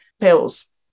pills